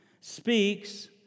speaks